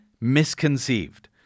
misconceived